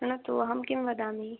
शृणोतु अहं किं वदामि